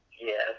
Yes